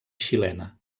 xilena